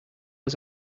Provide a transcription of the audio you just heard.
was